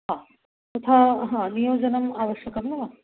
हा यथा हा नियोजनम् आवश्यकं न